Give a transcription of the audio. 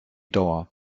dauer